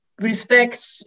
respect